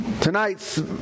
Tonight's